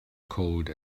cold